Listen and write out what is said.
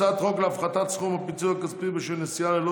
הצעת חוק להפחתת סכום הפיצוי הכספי בשל נסיעה ללא